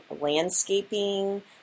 landscaping